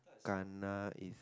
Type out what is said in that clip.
ganah is